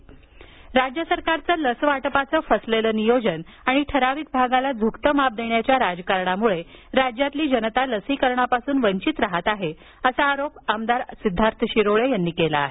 शिरोळे राज्य सरकारचं लस वाटपाचं फसलेलं नियोजन आणि ठराविक भागाला झुकतं माप देण्याच्या राजकारणामुळे राज्यातली जनता लसीकरणापासून वंचित राहात आहे असा आरोप आमदार सिद्धार्थ शिरोळे यांनी केला आहे